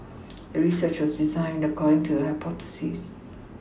the research was designed according to the hypothesis